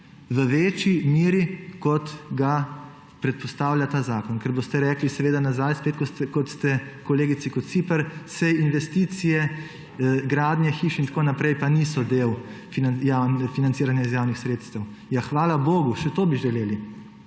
v večji meri, kot ga predpostavlja ta zakon. Ker boste rekli seveda nazaj spet, kot ste kolegici Kociper, saj investicije, gradnje hiš in tako naprej pa niso del financiranja iz javnih sredstev. Ja, hvala bogu. Še to bi želeli?